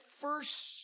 first